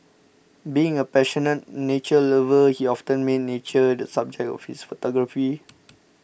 being a passionate nature lover he often made nature the subject of his photography